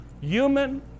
Human